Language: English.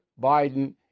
Biden